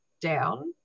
down